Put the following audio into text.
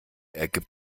ergibt